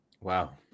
Wow